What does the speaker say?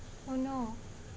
oh no